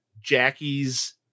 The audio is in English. Jackie's